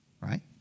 right